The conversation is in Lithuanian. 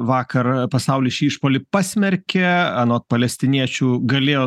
vakar pasaulis šį išpuolį pasmerkė anot palestiniečių galėjo